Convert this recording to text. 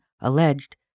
alleged